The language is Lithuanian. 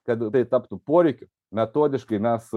kad tai taptų poreikiu metodiškai mes